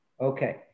okay